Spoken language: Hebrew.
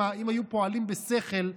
אם היו פועלים בשכל,